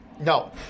no